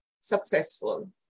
successful